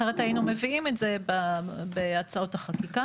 אחרת היינו מביאים את זה בהצעות החקיקה.